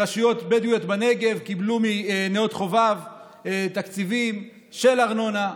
רשויות בדואיות בנגב קיבלו מנאות חובב תקציבים של ארנונה,